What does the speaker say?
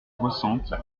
soixante